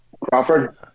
Crawford